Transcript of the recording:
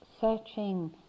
searching